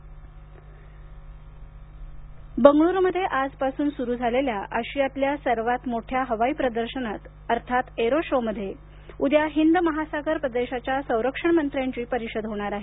भारत संरक्षण बंगळूरूमध्ये आजपासून सुरू झालेल्या आशियामधल्या सर्वात मोठ्या हवाई प्रदर्शनाचं अर्थात अरो शोमध्ये उद्या हिंद महासागर प्रदेशाच्या संरक्षण मंत्र्याची परिषद होणार आहे